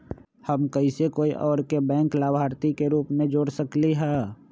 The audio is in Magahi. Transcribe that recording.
हम कैसे कोई और के बैंक लाभार्थी के रूप में जोर सकली ह?